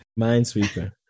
minesweeper